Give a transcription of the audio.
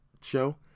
show